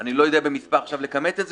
אני לא יודע לכמת את זה,